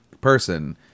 person